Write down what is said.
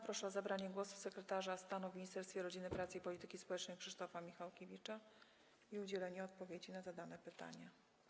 Proszę o zabranie głosu sekretarza stanu w Ministerstwie Rodziny, Pracy i Polityki Społecznej Krzysztofa Michałkiewicza i udzielenie odpowiedzi na zadane pytania.